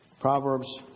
Proverbs